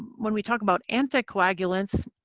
when we talk about anticoagulants,